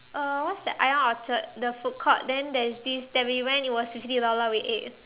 uh what's that Ion Orchard the food court then there is that we went it was fifty dollar we ate